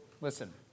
Listen